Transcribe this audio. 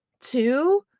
two